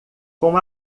com